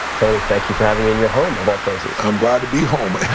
tony, thank you for having me in your home of all places. i'm glad to be home.